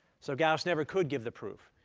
so gauss never could give the proof,